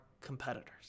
competitors